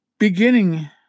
Beginning